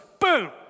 boom